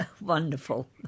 Wonderful